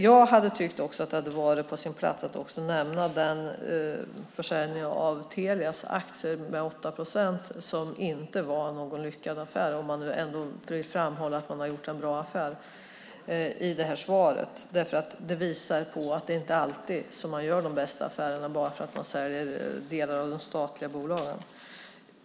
Jag tycker att det hade varit på sin plats att också nämna den försäljning av 8 procent av Telias aktier som inte var någon lyckad affär, om man nu ändå vill framhålla att man har gjort en bra affär. Det visar att man inte alltid gör de bästa affärerna bara för att man säljer delar av de statliga bolagen.